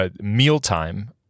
mealtime